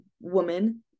woman